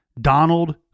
Donald